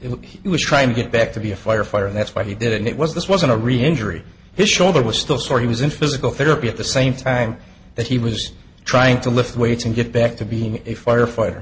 if he was trying to get back to be a firefighter that's what he did and it was this wasn't a real injury his shoulder was still sore he was in physical therapy at the same time that he was trying to lift weights and get back to being a firefighter